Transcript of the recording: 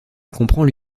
comprends